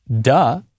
Duh